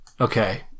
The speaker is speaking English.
okay